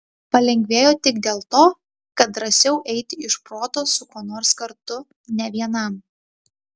palengvėjo tik dėl to kad drąsiau eiti iš proto su kuo nors kartu ne vienam